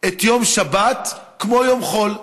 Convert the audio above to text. את יום שבת כמו יום חול.